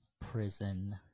Prison